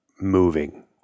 moving